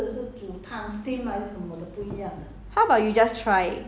so without the silken then is correct lah